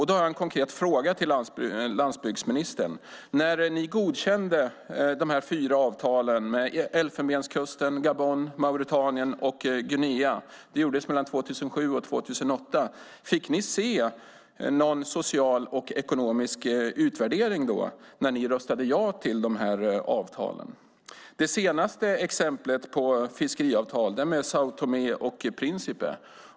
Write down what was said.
Då har jag en konkret fråga till landsbygdsministern: När ni godkände de här fyra avtalen med Elfenbenskusten, Gabon, Mauretanien och Guinea - det gjordes mellan 2007 och 2008 - fick ni se någon social och ekonomisk utvärdering när ni röstade ja till de här avtalen? Det senaste exemplet på fiskeavtal är det med São Tomé och Príncipe.